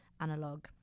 analog